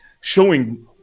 showing